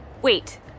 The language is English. Wait